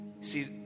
See